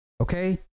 Okay